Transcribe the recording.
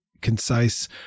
concise